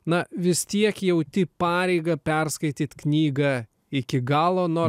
na vis tiek jauti pareigą perskaityt knygą iki galo nors